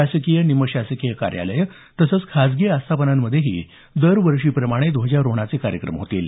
शासकीय निमशासकीय कार्यालयं तसंच खाजगी आस्थापनांमध्येही दरवर्षीप्रमाणे ध्वजारोहणाचे कार्यक्रम होतील